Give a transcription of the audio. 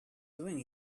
doing